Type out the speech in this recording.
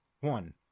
one